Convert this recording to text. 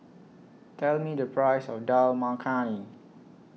Tell Me The Price of Dal Makhani